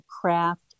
craft